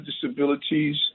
disabilities